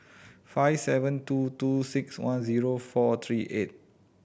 five seven two two six one zero four three eight